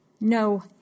No